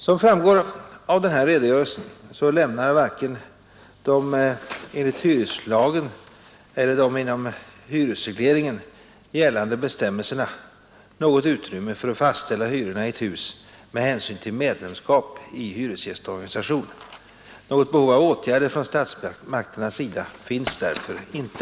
Som framgår av det anförda lämnar varken de enligt hyreslagen eller de inom hyresregleringen gällande bestämmelserna något utrymme för att fastställa hyrorna i ett hus med hänsyn till medlemskap i hyresgästorganisation. Något behov av åtgärder från statsmakternas sida finns därför inte.